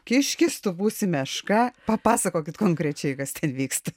kiškis tu būsi meška papasakokit konkrečiai kas ten vyksta